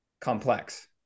complex